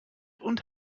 und